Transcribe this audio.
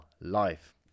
life